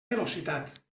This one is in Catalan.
velocitat